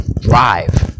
Drive